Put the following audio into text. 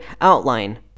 outline